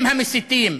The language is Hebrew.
הם המסיתים.